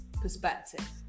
perspective